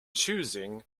choosing